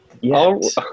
yes